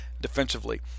defensively